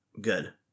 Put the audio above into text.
Good